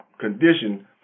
condition